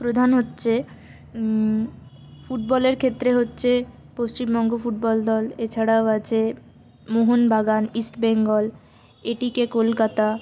প্রধান হচ্ছে ফুটবলের ক্ষেত্রে হচ্ছে পশ্চিমবঙ্গ ফুটবল দল এছাড়াও আছে মোহনবাগান ইস্টবেঙ্গল এটিকে কলকাতা